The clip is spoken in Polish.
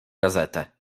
gazetę